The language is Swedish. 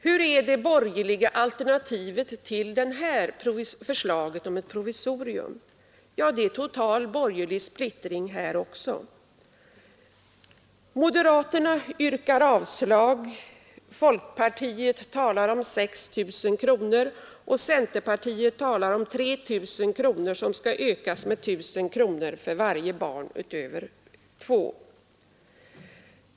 Hur är de borgerliga alternativen till det här förslaget om provisorium? Jaha, det är total borgerlig splittring här också. Moderaterna yrkar avslag, folkpartiet talar om 6 000 kronor, och centerpartiet talar om 3 000, som skall ökas med 1000 för varje barn utöver två.